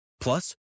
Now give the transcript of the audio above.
Plus